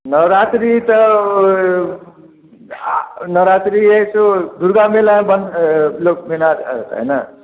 नवरात्रि तो नवरात्रि है सो दुर्गा मेला बंद लोक मेला है न